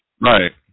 Right